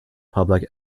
public